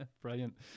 brilliant